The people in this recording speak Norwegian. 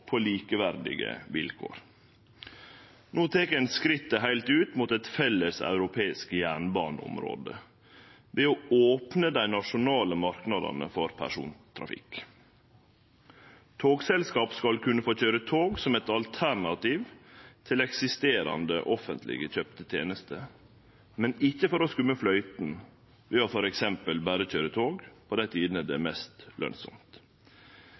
på likeverdige vilkår. No tek ein skrittet heilt ut mot eit felles europeisk jernbaneområde, ved å opne dei nasjonale marknadane for persontrafikk. Togselskap skal kunne få køyre tog som eit alternativ til eksisterande offentleg kjøpte tenester, men ikkje for å skumme fløyten, ved f. eks. berre å køyre tog på dei tidene det er mest lønsamt.